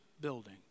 building